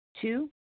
Two